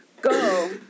go